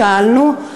שאלנו.